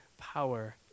power